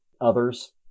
Others